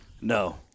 No